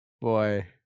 Boy